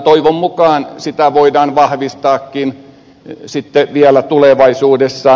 toivon mukaan sitä voidaan vahvistaakin sitten vielä tulevaisuudessa